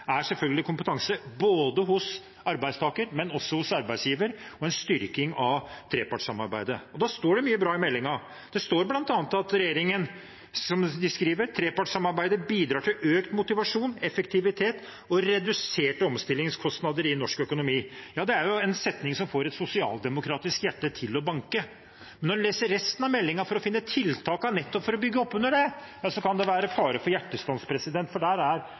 er selvfølgelig kompetanse både hos arbeidstaker og hos arbeidsgiver og en styrking av trepartssamarbeidet. Og da står det mye bra i meldingen. Det står bl.a., som regjeringen skriver: «Trepartssamarbeidet bidrar til økt motivasjon, effektivitet og reduserte omstillingskostnader i norsk økonomi.» Det er jo en setning som får et sosialdemokratisk hjerte til å banke! Men når en leser resten av meldingen for å finne tiltakene nettopp for å bygge opp under det, kan det være fare for hjertestans, for tiltakene er